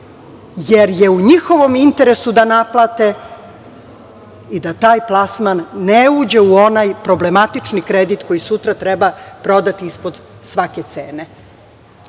jer je u njihovom interesu da naplate i da taj plasman ne uđe u onaj problematični kredit koji sutra treba prodati ispod svake cene.Zašto